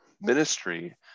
ministry